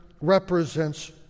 represents